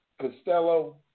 Costello